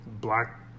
black